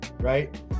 right